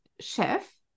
chef